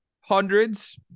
Hundreds